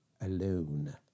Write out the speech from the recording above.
alone